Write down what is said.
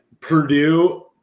Purdue